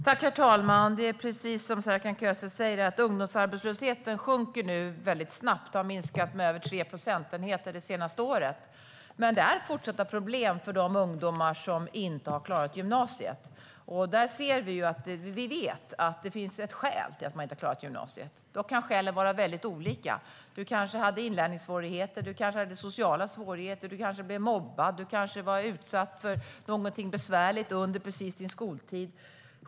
Herr talman! Det är precis som Serkan Köse säger. Ungdomsarbetslösheten sjunker nu väldigt snabbt och har minskat med över 3 procentenheter det senaste året. Men det är fortsatta problem för de ungdomar som inte har klarat gymnasiet. Vi vet att det finns skäl till att de inte har klarat gymnasiet. Dock kan skälen vara väldigt olika. De kanske hade inlärningssvårigheter. De kanske hade sociala svårigheter. De kanske blev mobbade. De kanske var utsatta för någonting besvärligt under sin skoltid.